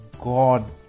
God